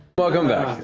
welcome back.